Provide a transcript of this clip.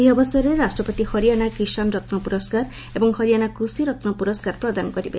ଏହି ଅବସରରେ ରାଷ୍ଟପତି ହରିଆନା କିଷାନ୍ ରତ୍ନ ପୁରସ୍କାର ଏବଂ ହରିଆନା କୃଷି ରତ୍ନ ପୁରସ୍କାର ପ୍ରଦାନ କରିବେ